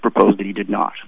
proposed that he did not